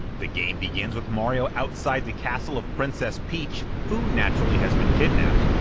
the game begins with mario outside the castle of princess peach, who naturally has been kidnapped,